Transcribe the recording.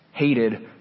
hated